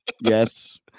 Yes